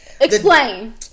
Explain